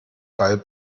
ball